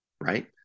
Right